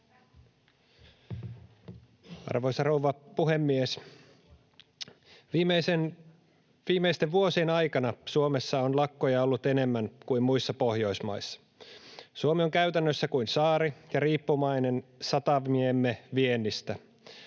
Arvoisa rouva puhemies! Viimeisten vuosien aikana Suomessa on lakkoja ollut enemmän kuin muissa Pohjoismaissa. Suomi on käytännössä kuin saari ja riippuvainen satamiemme viennistä.